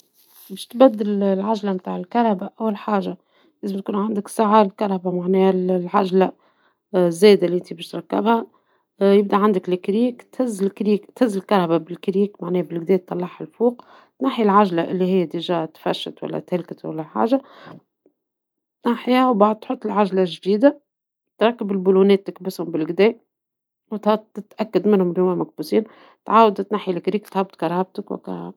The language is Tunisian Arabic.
باش تبدل العجلة نتاع السيارة ، أول حاجة لازم يكون عندك العجلة الزايدة لي باش تركبها ، يبدى عندك الكريك ، تهز السيارة بالكريك معناها بالقدا باش تطلعها الفوق ،تنحي العجلة لي هي ديجا تفشت ولا تهلكت ولا حاجة ، تنحيها من بعد تحط العجلة الجديدة ، تركب البلونات تكبسهم بالقدا ، تعاود تنحي الكريك وتهبط سيارتك وهكاهو.